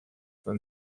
than